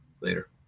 Later